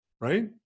Right